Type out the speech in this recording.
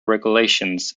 regulations